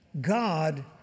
God